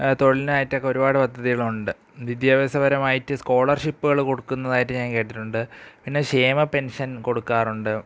തൊഴിലിനായിട്ടൊക്കെ ഒരുപാട് പദ്ധതികളുണ്ട് വിദ്യാഭ്യാസപരമായിട്ട് സ്കോളർഷിപ്പുകൾ കൊടുക്കുന്നതായിട്ടു ഞാൻ കേട്ടിട്ടുണ്ട് പിന്നെ ക്ഷേമ പെൻഷൻ കൊടുക്കാറുണ്ട്